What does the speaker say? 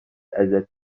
ازت